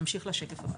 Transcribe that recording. נמשיך לשקף הבא.